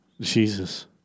Jesus